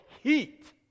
heat